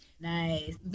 nice